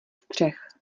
střech